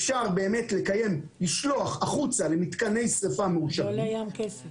אפשר לקיים משלוח החוצה למתקני שריפה מאושרים